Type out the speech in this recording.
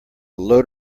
load